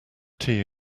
tea